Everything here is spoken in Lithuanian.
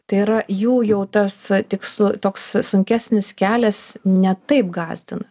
tai yra jų jau tas tik su toks sunkesnis kelias ne taip gąsdina